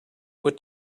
what